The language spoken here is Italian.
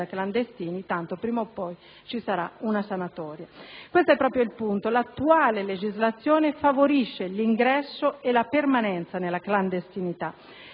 da clandestini, tanto, prima o poi, ci sarà una sanatoria. Proprio questo è il punto: l'attuale legislazione favorisce l'ingresso e la permanenza nella clandestinità.